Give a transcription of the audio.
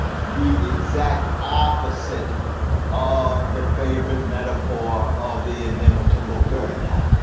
the exact opposite of the favorite metaphor of the inimitable goethe.